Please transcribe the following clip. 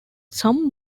some